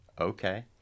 okay